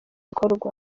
gikorwa